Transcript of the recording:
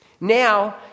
Now